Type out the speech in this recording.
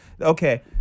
okay